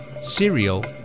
cereal